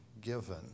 given